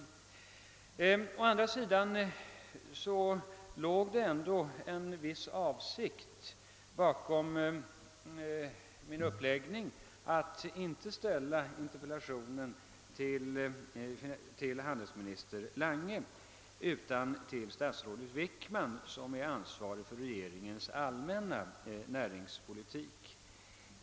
Å andra sidan låg det ändå en viss avsikt bakom min uppläggning att inte ställa interpellationen till handelsminister Lange utan till statsrådet Wickman, som är ansvarig för regeringens allmänna näringspolitik.